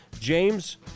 James